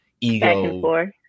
ego